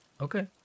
Okay